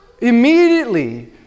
immediately